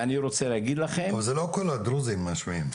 ואני רוצה להגיד לכם --- אבל זה לא כל הדרוזים משמיעים.